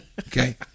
Okay